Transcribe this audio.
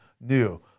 new